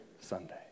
Sunday